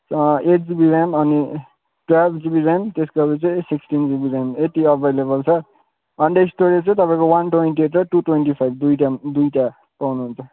at GB RAM अनि twelve GB RAM त्यसकोपछि चाहिँ सिक्सटिन जिबी ऱ्याम यति अभाइलेबल छ अन्त स्टोरेज चाहिँ तपाईँको वान ट्वेन्टी एट र टू ट्वेन्टी फाइभ दुइटा दुइटा पाउनु हुन्छ